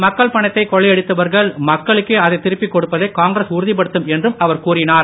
மக்கள் பணத்தை கொள்ளையடித்தவர்கள் மக்களுக்கே அதை திருப்பிக் கொடுப்பதை காங்கிரஸ் உறுதிப்படுத்தும் என்றும் அவர் கூறினார்